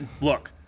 Look